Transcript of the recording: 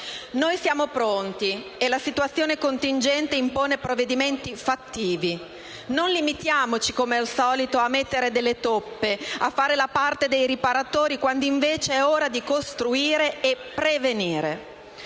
Noi siamo pronti: la situazione contingente impone provvedimenti fattivi. Non limitiamoci, come al solito, a mettere delle toppe e a fare la parte dei riparatori, quando invece è ora di costruire e di prevenire.